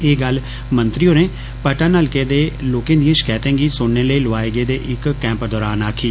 एह् गल्ल मंत्री होरें पट्टन हल्के च लोकें दिए षकैतें गी सुनने लेई लोआए गेदे इक कैम्प दौरान आक्खी